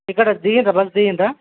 ఇక్కడ దిగారా బస్సు దిగారా